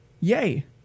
Yay